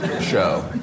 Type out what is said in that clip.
show